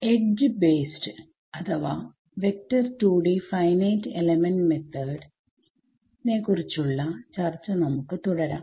edge based അഥവാ vector 2D finite element method നെ കുറിച്ചുള്ള ചർച്ച നമുക്ക് തുടരാം